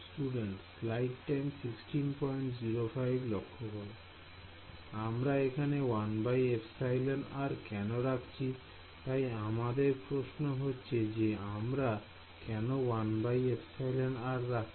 Student আমরা এখানে 1εr কেন রাখছি তাই আমাদের প্রশ্ন হচ্ছে যে আমরা কেন 1εr রাখছি